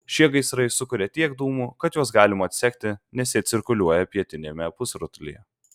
šie gaisrai sukuria tiek dūmų kad juos galima atsekti nes jie cirkuliuoja pietiniame pusrutulyje